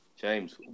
James